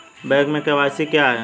Bank में KYC क्या है?